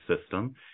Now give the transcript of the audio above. System